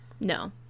no